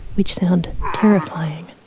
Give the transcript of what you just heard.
which sound terrifying.